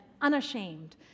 unashamed